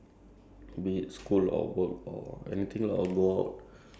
like always have uh energy to continue on doing whatever